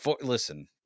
listen